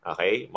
Okay